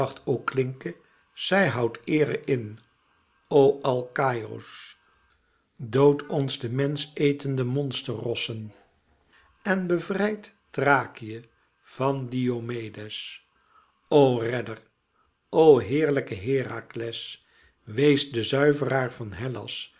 ook klinke zij houdt eere in o alkaïos dood ons de mensch etende monsterrossen en bevrijd thrakië van diomedes o redder o heerlijke herakles wees de zuiveraar van hellas